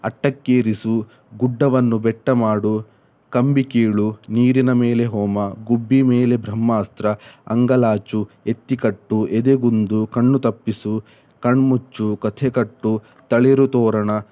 ಅಟ್ಟಕ್ಕೇರಿಸು ಗುಡ್ಡವನ್ನು ಬೆಟ್ಟ ಮಾಡು ಕಂಬಿ ಕೀಳು ನೀರಿನ ಮೇಲೆ ಹೋಮ ಗುಬ್ಬಿ ಮೇಲೆ ಬ್ರಹ್ಮಾಸ್ತ್ರ ಅಂಗಲಾಚು ಎತ್ತಿ ಕಟ್ಟು ಎದೆಗುಂದು ಕಣ್ಣು ತಪ್ಪಿಸು ಕಣ್ಮುಚ್ಚು ಕಥೆ ಕಟ್ಟು ತಳಿರು ತೋರಣ